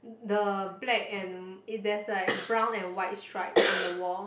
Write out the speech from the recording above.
the black and if there's like brown and white stripes on the wall